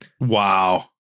Wow